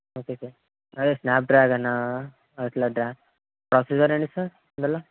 okay sir అదే స్నాప్డ్రాగన్ అట్లా డ్రా ప్రాసెసర్ ఏంటి సార్ దాంట్లో